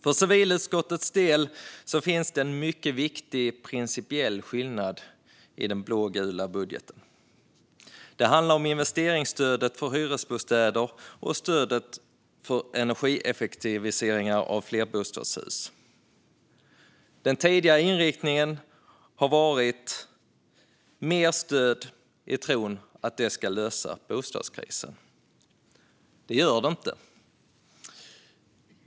För civilutskottets del finns det en mycket viktig principiell skillnad i den blågula budgeten. Det handlar om investeringsstödet för hyresbostäder och stödet för energieffektivisering av flerbostadshus. Den tidigare inriktningen har varit mer stöd i tron att det ska lösa bostadskrisen. Det gör det inte.